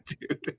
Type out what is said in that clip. dude